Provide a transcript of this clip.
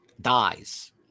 dies